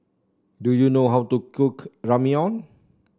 do you know how to cook Ramyeon